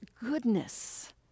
goodness